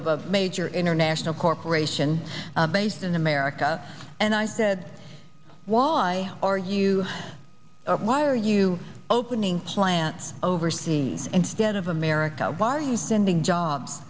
o of a major international corporation based in america and i said why are you why are you opening plants overseas instead of america why are you sending jobs